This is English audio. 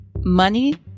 Money